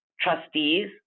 trustees